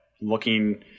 Looking